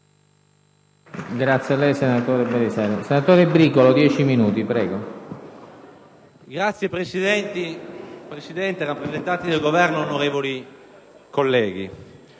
Signor Presidente, rappresentanti del Governo, onorevoli colleghi,